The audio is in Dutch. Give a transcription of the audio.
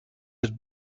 het